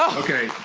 okay,